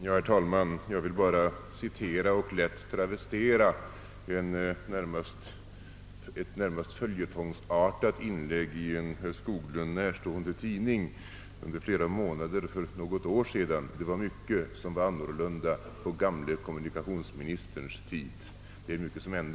Herr talman! Jag vill bara citera och lätt travestera ett följetongsartat inlägg under flera månader för något år sedan i en herr Skoglund närstående tidning: Det var mycket som var annorlunda 'på gamle kommunikationsministerns tid.